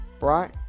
right